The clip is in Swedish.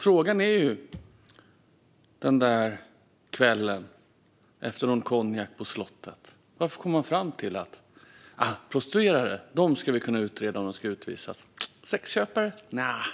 Frågan är varför man där kvällen på slottet, efter någon konjak, kom fram till att prostituerade kan vi utreda om de ska utvisas - sexköpare, njae.